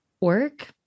Work